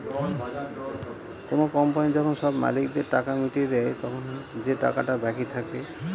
কোনো কোম্পানি যখন সব মালিকদের টাকা মিটিয়ে দেয়, তখন যে টাকাটা বাকি থাকে